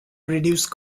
reduce